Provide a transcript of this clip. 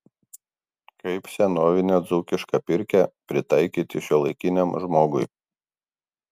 kaip senovinę dzūkišką pirkią pritaikyti šiuolaikiniam žmogui